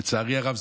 לצערי הרב,